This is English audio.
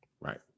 right